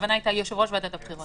שינוי דרמטי מדיי.